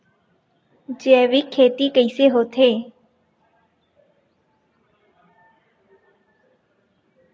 जैविक खेती कइसे होथे?